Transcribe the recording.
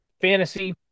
fantasy